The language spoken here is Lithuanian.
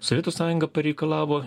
sovietų sąjunga pareikalavo